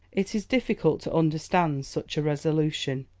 it is difficult to understand such a resolution.